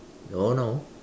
don't know